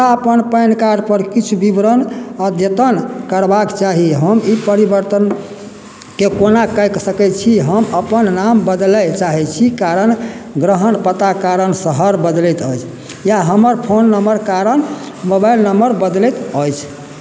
अपन PAN card पर किछु बिबरण अद्यतन करबाक चाही हम ई परिवर्तन कोना के कोना कय सकैत छी हम अपन नाम बदलय चाहैत छी कारण ग्रहण पता कारण शहर बदलैत अछि या हमर फोन नंबर कारण मोबाइल नम्बर बदलैत अछि